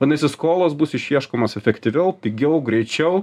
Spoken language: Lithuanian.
vadinasi skolos bus išieškomos efektyviau pigiau greičiau